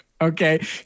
okay